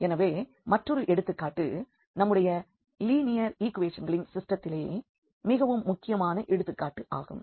எனவே மற்றொரு எடுத்துக்காட்டு நம்முடைய லீனியர் ஈக்குவேஷன்களின் சிஸ்டெத்திலே மிகவும் முக்கியமான எடுத்துக்காட்டு ஆகும்